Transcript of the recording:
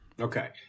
Okay